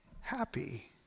happy